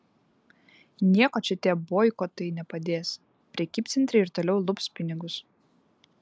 nieko čia tie boikotai nepadės prekybcentriai ir toliau lups pinigus